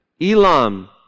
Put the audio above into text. Elam